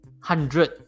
hundred